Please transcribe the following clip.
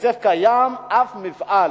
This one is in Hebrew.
הכסף קיים, אף מפעל,